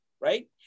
right